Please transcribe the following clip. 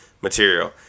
material